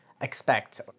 expect